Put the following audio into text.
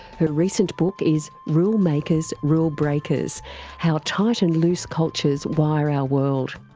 her recent book is rule makers, rule breakers how tight and loose cultures wire our world.